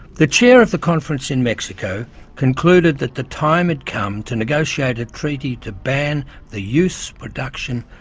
the chair of the conference in mexico concluded that the time had come to negotiate a treaty to ban the use, production,